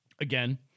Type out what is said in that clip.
again